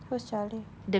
who's charlie